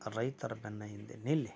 ರೈತರ ಬೆನ್ನ ಹಿಂದೆ ನಿಲ್ಲಿ